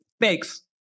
Thanks